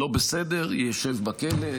לא בסדר, ישב בכלא.